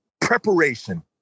preparation